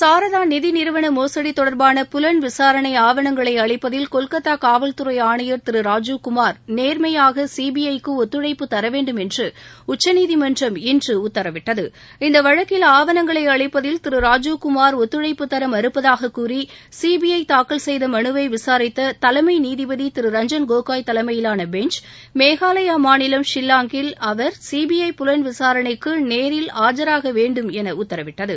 சாரதா நிதி நிறுவன மோசடி தொடர்பான புலன் விசாரணை ஆவணங்களை அளிப்பதில் கொல்கத்தா காவல்துறை ஆணையர் திரு ராஜீவ்குமார் நேர்மையாக சிபிஐ க்கு ஒத்துழைப்புத்தர வேண்டும் என்று உச்சநீதிமன்றம் இன்று உத்தரவிட்டது இந்த வழக்கில் ஆவணங்களை அளிப்பதில் திரு ராஜீவ்குமார் ஒத்துழைப்புத்தர மறுப்பதாக கூறி சிபிஐ தாக்கல் செய்த மனுவை விசாரித்த தலைமை நீதிபதி திரு ரஞ்சன் கோகோய் தலைமையிலான பெஞ்ச் மேகாலயா மாநிலம் ஷில்லாங்கில் அவர் சீபிஐ புலன் விசாரணைக்கு நேரில் ஆஜராக வேண்டும் என உத்தரவிட்டது